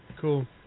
Cool